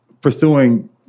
pursuing